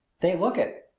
they look it,